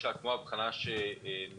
אנחנו